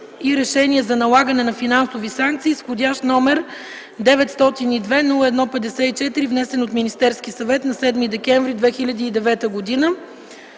и решения за налагане на финансови санкции, вх. № 902-01-54, внесен от Министерския съвет на 7 декември 2009 г.”